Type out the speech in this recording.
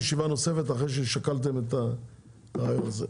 נוספת אחרי שתשקלו את הרעיון הזה.